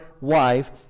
wife